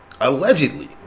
Allegedly